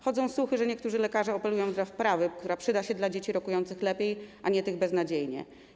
Chodzą słuchy, że niektórzy lekarze operują dla wprawy, która przyda się dla dzieci rokujących lepiej, a nie tych beznadziejnie.